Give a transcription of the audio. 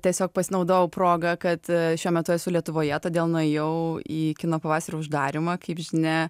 tiesiog pasinaudojau proga kad šiuo metu esu lietuvoje todėl nuėjau į kino pavasario uždarymą kaip žinia